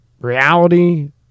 reality